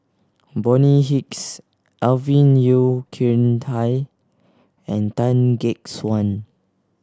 Bonny Hicks Alvin Yeo Khirn Hai and Tan Gek Suan